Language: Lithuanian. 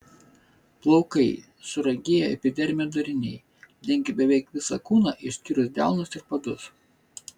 plaukai suragėję epidermio dariniai dengia beveik visą kūną išskyrus delnus ir padus